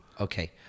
Okay